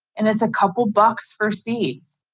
and it's a couple bucks for seeds.